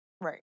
Right